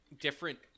different –